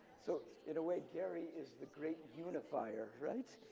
so, in a way, gerry is the great unifier, right?